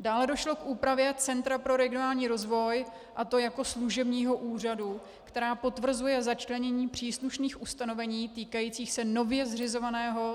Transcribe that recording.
Dále došlo k úpravě Centra pro regionální rozvoj, a to jako služebního úřadu, která potvrzuje začlenění příslušných ustanovení týkajících se nově